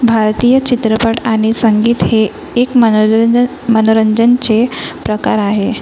भारतीय चित्रपट आणि संगीत हे एक मनररंजन मनोरंजनाचे प्रकार आहे